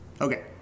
Okay